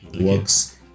works